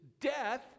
death